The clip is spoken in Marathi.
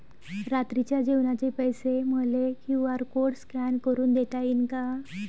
रात्रीच्या जेवणाचे पैसे मले क्यू.आर कोड स्कॅन करून देता येईन का?